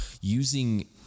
using